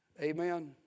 Amen